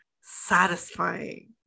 satisfying